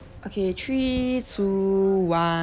okay three two one